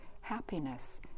happiness